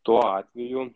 tuo atveju